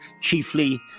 chiefly